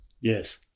Yes